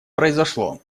произошло